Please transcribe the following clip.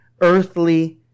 earthly